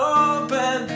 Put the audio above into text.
open